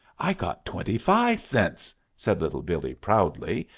i got twenty-fi' cents, said little billee proudly,